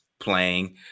playing